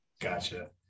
Gotcha